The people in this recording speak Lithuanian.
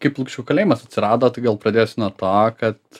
kaip lukšių kalėjimas atsirado tai gal pradėsiu nuo to kad